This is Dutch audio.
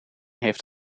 heeft